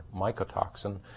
mycotoxin